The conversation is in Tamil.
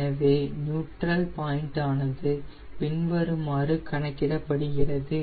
எனவே நியூட்ரல் பாயின்ட் ஆனது பின்வருமாறு குறிப்பிடப்படுகின்றது